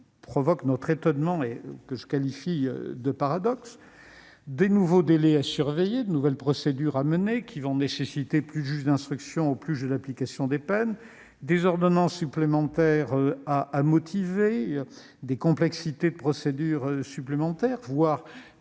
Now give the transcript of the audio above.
provoque notre étonnement, ce que je qualifie de paradoxe : il va y avoir de nouveaux délais à surveiller, de nouvelles procédures à mener, qui vont nécessiter plus de juges d'instruction et de juges de l'application des peines, il va y avoir des ordonnances supplémentaires à motiver, des complexités de procédure supplémentaires, voire